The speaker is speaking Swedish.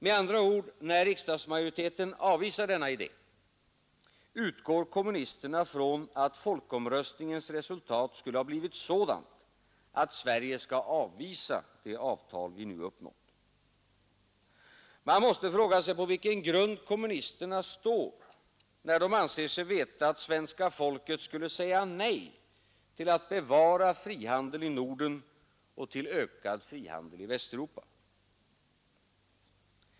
Med andra ord när riksdagsmajoriteten avvisar denna idé utgår kommunisterna ifrån att folkomröstningens resultat skulle ha inneburit att Sverige skall avvisa det avtal vi nu uppnått Man måste fråga sig på vilka grunder kommunisterna står när de anser sig veta att svenska folket skulle Norden och till ökad frihandel i Västeuropa.